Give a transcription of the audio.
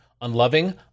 unloving